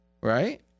Right